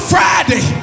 Friday